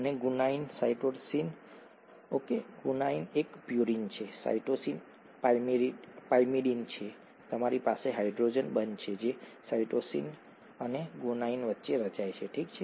અને guanine cytosine okay guanine એક purine છે સાઇટોસીન પાયરિમિડિન છે તમારી પાસે હાઇડ્રોજન બંધ છે જે સાઇટોસીન અને ગુઆનિન વચ્ચે રચાય છે ઠીક છે